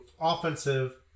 offensive